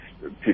people